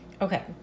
Okay